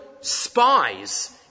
spies